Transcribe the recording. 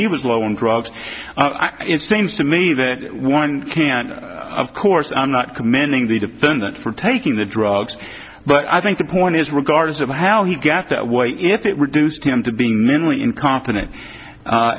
he was low on drugs it seems to me that one can of course i'm not commending the defendant for taking the drugs but i think the point is regardless of how he got that way if it reduced him to being mentally incompetent